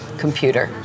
computer